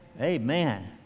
Amen